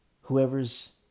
Whoever's